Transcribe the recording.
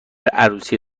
عروسی